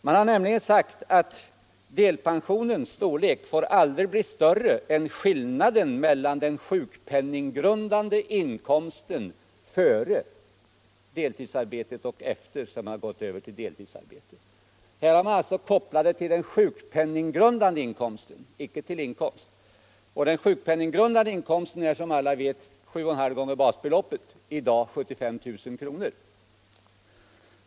Man har nämligen sagt att delpension aldrig får Nr 76 bli större än skillnaden mellan den sjukpenninggrundande inkomsten innan och efter det en person gått över till deltidsarbete. Här har man alltså kopplat pensionen till den sjukpenninggrundande inkomsten — inte till inkomsten. — f Och den sjukpenninggrundande inkomsten är, som alla vet, 7,5 gånger bas — Vissa delpensionsbeloppet — i dag 75 000 kr.